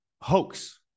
hoax